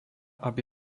aby